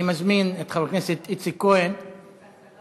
אני מזמין את חבר הכנסת איציק כהן להציג